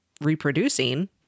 reproducing